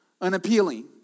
unappealing